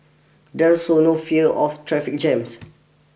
there is also no fear of traffic jams